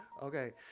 okay,